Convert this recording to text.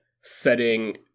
setting